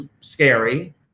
scary